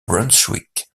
brunswick